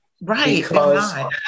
Right